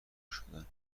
شدن